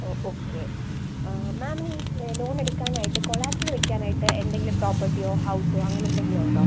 ഓ okay മാംമിന് ഈ loan എടുക്കാൻ ആയിട്ട് കൊളാറ്റൽ വയ്ക്കാൻ ആയിട്ട് എന്തെങ്കിലും പ്രോപ്പർട്ടിയോ ഹൗസോ അങ്ങനെ എന്തെങ്കിലും ഉണ്ടോ